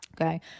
okay